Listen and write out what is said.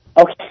Okay